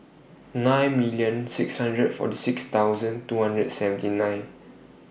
nine million six hundred forty six thousand two hundred and seventy nine